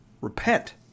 repent